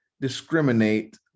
discriminate